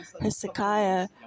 Hezekiah